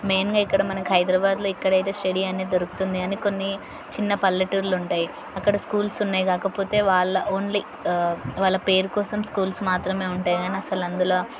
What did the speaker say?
మెయిన్గా ఇక్కడ మనకు హైదరాబాద్లో ఇక్కడైతే స్టడీ అనేది దొరుకుతుంది కానీ కొన్ని చిన్న పల్లెటూళ్ళు ఉంటాయి అక్కడ స్కూల్స్ ఉన్నాయి కాకపోతే వాళ్ళ ఓన్లీ వాళ్ళ పేరు కోసం స్కూల్స్ మాత్రమే ఉంటాయి కానీ అస్సలు అందులో